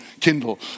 Kindle